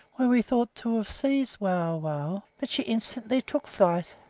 where we thought to have seized wauwau but she instantly took flight,